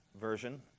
version